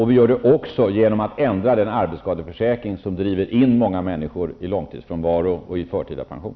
Vi gör det också genom att ändra den arbetsskadeförsäkring som driver in många människor i långtidsfrånvaro och i förtida pension.